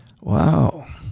wow